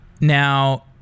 Now